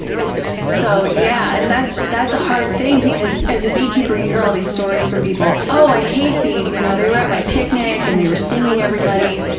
dicks. so yeah and that's that's a hard thing because as a beekeeper you hear all these stories from people, oh i hate bees, you know? they were at my picnic and they were stinging everybody.